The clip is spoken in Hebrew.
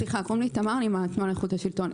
סליחה קוראים לי תמר אני מהתנועה לאיכות השלטון,